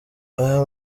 ayo